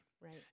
Right